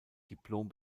diplom